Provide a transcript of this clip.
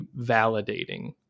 validating